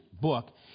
book